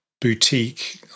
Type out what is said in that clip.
boutique